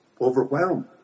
overwhelmed